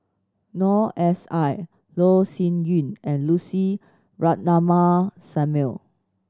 Noor S I Loh Sin Yun and Lucy Ratnammah Samuel